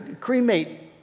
cremate